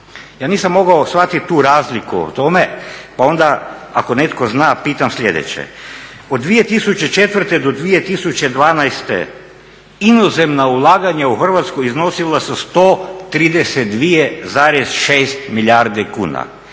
Ja nisam mogao shvatiti tu razliku u tome, pa onda ako netko zna pitam sljedeće. Od 2004. do 2012. inozemna ulaganja u Hrvatsku iznosila su 132,6 milijardi kuna.